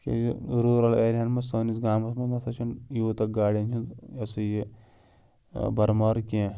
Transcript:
تِکیٛازِ روٗرَل ایریاہَن منٛز سٲنِس گامَس منٛز نہ سا چھُنہٕ یوٗتاہ گاڑٮ۪ن ہُنٛد یہِ ہَسا یہِ بَرمار کیٚنٛہہ